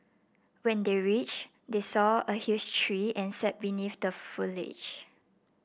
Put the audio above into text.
when they reach they saw a huge tree and sat beneath the foliage